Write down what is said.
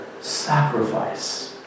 sacrifice